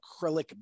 acrylic